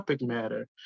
matter